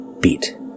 Beat